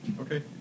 okay